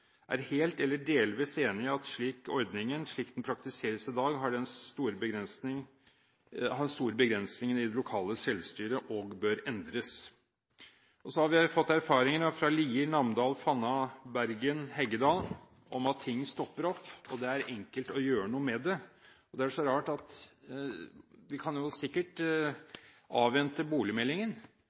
er helt eller delvis enige i at ordningen, slik den praktiseres i dag, medfører stor begrensning i det lokale selvstyret og bør endres. Vi har fått erfaringer fra Lier, Namdal, Fana, Bergen og Heggedal om at ting stopper opp, og det er enkelt å gjøre noe med det. Vi kan sikkert avvente boligmeldingen